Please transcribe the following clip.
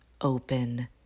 open